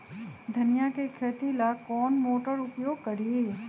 धनिया के खेती ला कौन मोटर उपयोग करी?